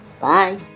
Bye